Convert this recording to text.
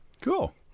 Cool